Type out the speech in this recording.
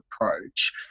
approach